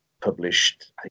published